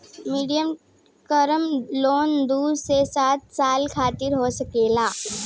medium term loan दू से सात साल खातिर हो सकेला